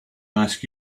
ask